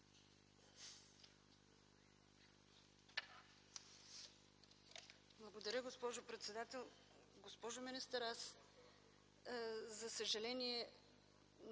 Благодаря, госпожо председател. Госпожо министър, аз за съжаление